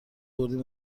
بردیم